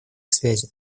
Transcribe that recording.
связи